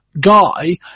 guy